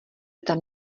tam